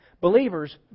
believers